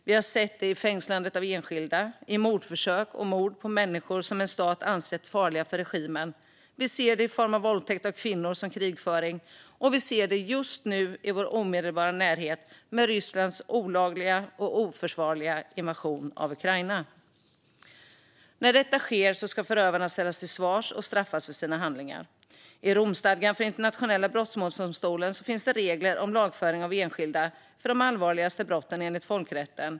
Vi har sett det i fängslandet av enskilda och i mordförsök och mord på människor som en stat ansett farliga för regimen. Vi ser det i form av våldtäkt av kvinnor som krigföring. Vi ser det också just nu i vår omedelbara närhet med Rysslands olagliga och oförsvarliga invasion av Ukraina. När detta sker ska förövarna ställas till svars och straffas för sina handlingar. I Romstadgan för Internationella brottmålsdomstolen finns det regler om lagföring av enskilda för de allvarligaste brotten enligt folkrätten.